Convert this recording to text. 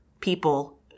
people